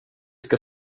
ska